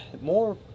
more